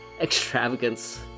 Extravagance